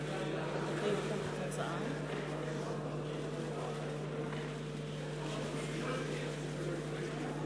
ההצעה לבחור את חבר הכנסת יולי יואל אדלשטיין ליושב-ראש הכנסת נתקבלה.